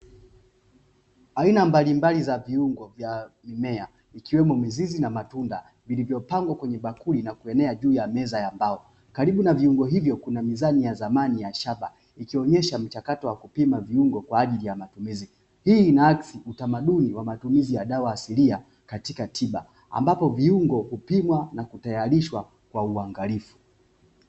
Aina mbalimbali za viungo vya mimea ikiwemo mizizi na matunda vilivyopangwa kwenye bakuli na kuenea juu ya meza ya mbao, karibu na viungo hivyo kuna mizani ya zamani ya shaba ikionyesha mchakato wa kupima viungo kwa ajili ya matumizi; hii inaaksi utamaduni wa matumizi ya dawa asilia katika tiba ambapo viungo kupimwa na kutayarishwa kwa uangalifu.